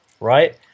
right